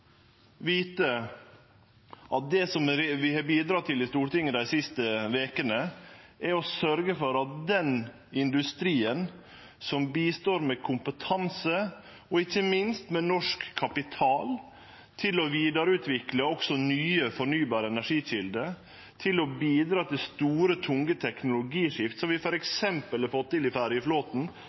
vite at det vi har bidrege til i Stortinget dei siste vekene, er å sørgje for å sikre den industrien som bidreg med kompetanse og ikkje minst med norsk kapital til å vidareutvikle også nye fornybare energikjelder, og som bidreg til store, tunge teknologiskift, som vi f.eks. har fått til i ferjeflåten,